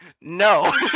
No